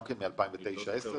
גם מ-2009-2010?